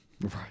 Right